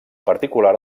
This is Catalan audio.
particular